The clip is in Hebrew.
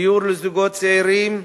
דיור לזוגות צעירים,